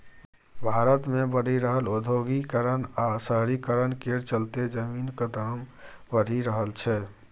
भारत मे बढ़ि रहल औद्योगीकरण आ शहरीकरण केर चलते जमीनक दाम बढ़ि रहल छै